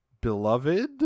Beloved